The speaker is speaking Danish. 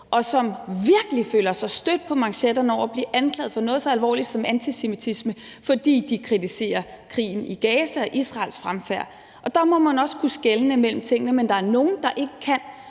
og som virkelig føler sig stødt på manchetterne over at blive anklaget for noget så alvorligt som antisemitisme, fordi de kritiserer krigen i Gaza og Israels fremfærd. Der må man også kunne skelne mellem tingene. Men det er der nogle der ikke kan,